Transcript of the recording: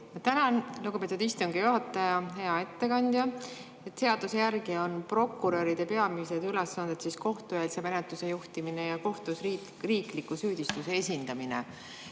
Tänan, lugupeetud istungi juhataja! Hea ettekandja! Seaduse järgi on prokuröride peamised ülesanded kohtueelse menetluse juhtimine ja kohtus riikliku süüdistuse esindamine.